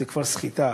זו כבר סחיטה,